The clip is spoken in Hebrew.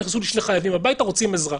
נכנסו שני חייבים הביתה וביקשו עזרה.